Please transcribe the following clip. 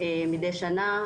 מדי שנה,